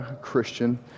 Christian